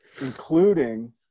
including